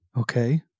Okay